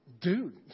dude